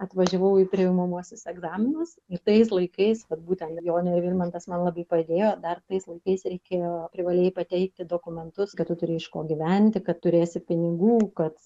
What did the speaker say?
atvažiavau į priimamuosius egzaminus ir tais laikais vat būtent jonė ir vilmantas man labai padėjo dar tais laikais reikėjo privalėjai pateikti dokumentus kad tu turi iš ko gyventi kad turėsi pinigų kad